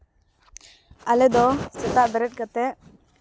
ᱟᱞᱮ ᱫᱚ ᱥᱮᱛᱟᱜ ᱵᱮᱨᱮᱫ ᱠᱟᱛᱮᱫ